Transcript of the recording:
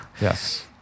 yes